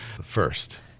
first